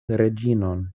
reĝinon